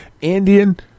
Indian